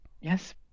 yes